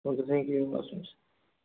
हुन्छ thank you हवस् हुन्छ